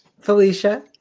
Felicia